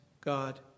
God